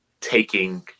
taking